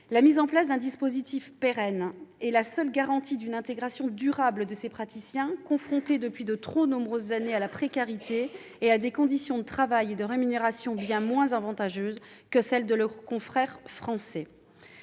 La mise en place d'un dispositif pérenne est la seule garantie d'une intégration durable de ces praticiens, confrontés depuis de trop nombreuses années à la précarité et à des conditions de travail et de rémunération bien moins avantageuses que celles de leurs confrères français.